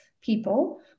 people